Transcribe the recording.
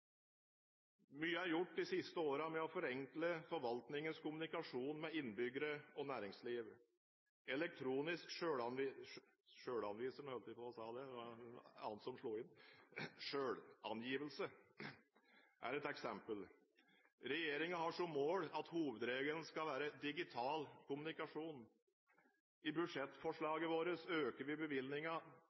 Mye er gjort de siste årene med å forenkle forvaltningens kommunikasjon med innbyggere og næringsliv. Elektronisk selvangivelse er et eksempel. Regjeringen har som mål at hovedregelen skal være digital kommunikasjon. I budsjettforslaget vårt øker vi